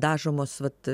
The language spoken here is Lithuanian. dažomos vat